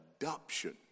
Adoption